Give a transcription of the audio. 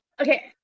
okay